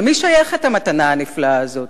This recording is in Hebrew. למי שייכת המתנה הנפלאה הזאת?